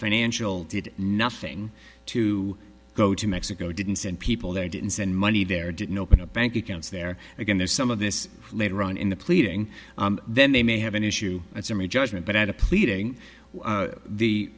financial did nothing to go to mexico didn't send people there didn't send money there didn't open a bank accounts there again there's some of this later on in the pleading then they may have an issue at summary judgment but at the pleading the whe